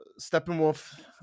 Steppenwolf